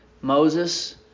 Moses